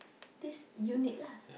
this unit lah